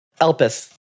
Elpis